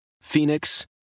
Phoenix